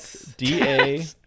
da